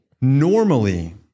Normally